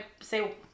say